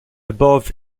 above